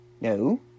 No